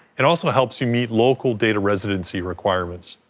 it also helps you meet local data residency requirements.